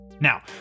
Now